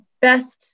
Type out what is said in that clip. best